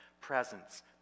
presence